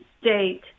state